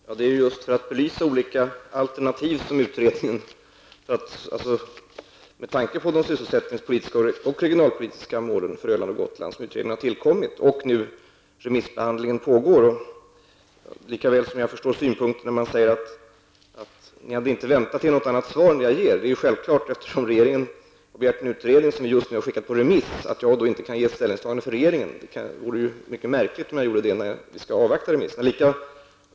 Herr talman! Utredningen har tillkommit just för att belysa olika alternativ med tanke på de sysselsättningspolitiska och regionalpolitiska målen för Öland och Gotland. Remissbehandlingen pågår nu. Ni säger att ni inte hade väntat er något annat svar än det jag ger. Det är självklart eftersom regeringen har begärt en utredning som just nu har skickats på remiss. Jag kan därför inte göra ett ställningstagande från regeringens sida. Det vore mycket märkligt om jag gjorde det när vi skall avvakta remisserna.